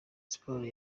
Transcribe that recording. sport